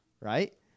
Right